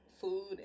food